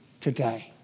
today